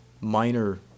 minor